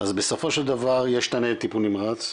אז בסופו של דבר יש ניידת טיפול נמרץ,